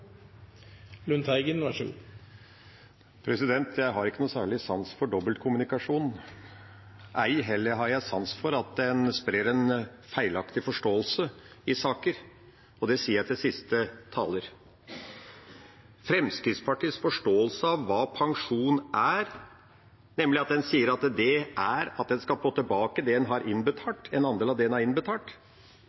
Jeg har ikke noe særlig sans for dobbeltkommunikasjon, ei heller har jeg sans for at en sprer en feilaktig forståelse i saker – og det sier jeg til siste taler. Fremskrittspartiets forståelse av hva pensjon er, er nemlig at en sier at det er at en skal få tilbake en andel av det en har innbetalt. Hvis Fremskrittspartiet mener det, må en